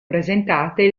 presentate